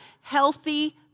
healthy